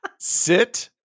sit